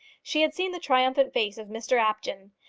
she had seen the triumphant face of mr apjohn,